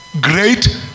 great